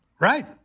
Right